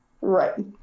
Right